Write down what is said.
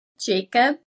Jacob